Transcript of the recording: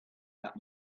that